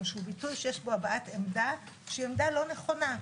שהוא ביטוי שיש בו הבעת עמדה שהיא עמדה לא נכונה.